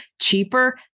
cheaper